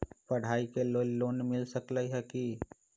पढाई के लेल लोन मिल सकलई ह की?